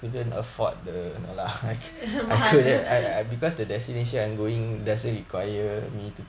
mahal